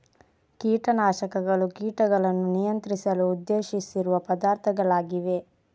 ಕೀಟ ನಾಶಕಗಳು ಕೀಟಗಳನ್ನು ನಿಯಂತ್ರಿಸಲು ಉದ್ದೇಶಿಸಿರುವ ಪದಾರ್ಥಗಳಾಗಿವೆ